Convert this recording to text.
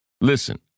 listen